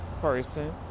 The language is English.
person